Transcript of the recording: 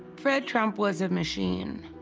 fred trump was a machine.